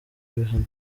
bihano